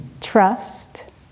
Trust